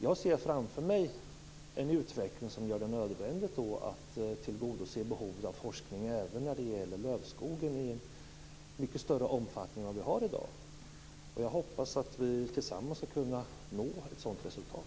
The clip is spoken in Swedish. Jag ser framför mig en utveckling som gör det nödvändigt att tillgodose behovet av forskning även när det gäller lövskogen i mycket större omfattning än i dag. Jag hoppas att vi tillsammans ska kunna nå ett sådant resultat.